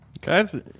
Guys